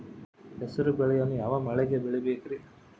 ಹೆಸರುಬೇಳೆಯನ್ನು ಯಾವ ಮಳೆಗೆ ಬೆಳಿಬೇಕ್ರಿ?